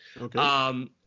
Okay